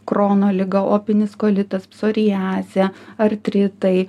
krono liga opinis kolitas psoriazė artritai